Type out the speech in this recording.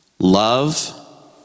Love